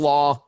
Law